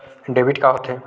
Debit का होथे?